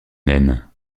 naine